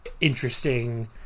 interesting